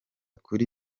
kuri